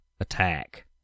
attack